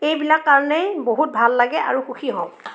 এইবিলাক কাৰণেই বহুত ভাল লাগে আৰু সুখী হওঁ